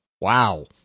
wow